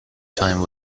time